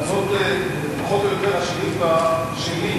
אבל זו פחות או יותר השאילתא שלי,